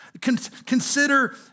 Consider